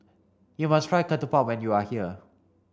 you must try Ketupat when you are here